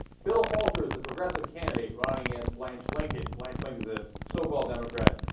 bill halter's a progressive candidate running yes blanche lincoln blessings that so-called democrat